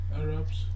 Arabs